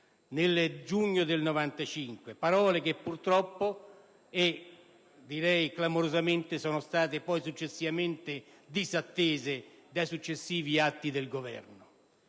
nel giugno 1995, che purtroppo, e direi clamorosamente, sono state successivamente disattese dai successivi atti del Governo.